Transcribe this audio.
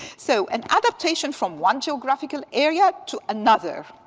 so an adaptation from one geographical area to another,